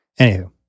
Anywho